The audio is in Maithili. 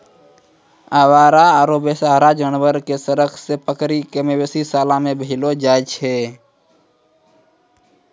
आवारा आरो बेसहारा जानवर कॅ सड़क सॅ पकड़ी कॅ मवेशी शाला मॅ भेजलो जाय छै